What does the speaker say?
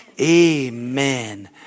amen